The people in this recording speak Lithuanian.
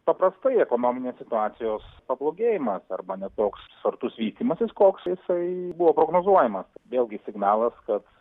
paprastai ekonominės situacijos pablogėjimas arba ne toks spartus vystymasis koks jisai buvo prognozuojamas vėlgi signalas kad